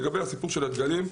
לגבי הסיפור של הדגלים,